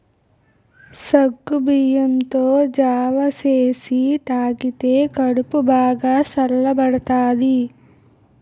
సగ్గుబియ్యంతో జావ సేసి తాగితే కడుపు బాగా సల్లబడతాది